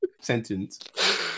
sentence